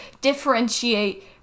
differentiate